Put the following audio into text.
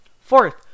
Fourth